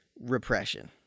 repression